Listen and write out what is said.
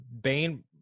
Bane